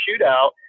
Shootout